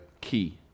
key